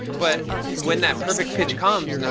but when that perfect pitch comes and